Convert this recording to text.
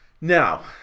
Now